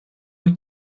wyt